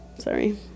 Sorry